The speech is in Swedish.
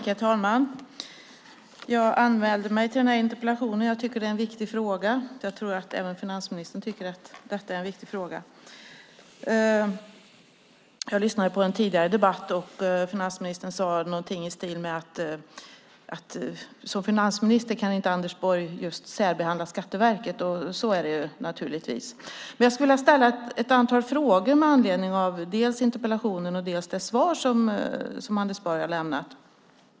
Herr talman! Jag anmälde mig till interpellationsdebatten därför att jag tycker att det är en viktig fråga. Jag tror att även finansministern tycker att detta är en viktig fråga. Jag lyssnade på den tidigare debatten. Finansministern sade någonting i stil med att han som finansminister inte kan särbehandla Skatteverket, och så är det naturligtvis. Men jag skulle vilja ställa ett antal frågor med anledning av dels interpellationen, dels det svar som Anders Borg har lämnat.